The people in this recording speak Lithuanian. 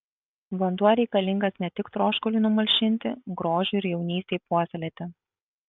vanduo reikalingas ne tik troškuliui numalšinti grožiui ir jaunystei puoselėti